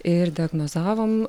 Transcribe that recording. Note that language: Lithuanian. ir diagnozavom